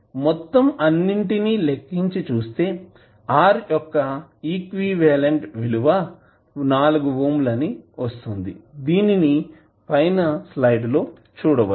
మొత్తం అన్నిటిని లెక్కించి చుస్తే R యొక్క ఈక్వివలెంట్ విలువ 4 ఓం వస్తుంది దీనిని పైన స్లైడ్ లో చూడవచ్చు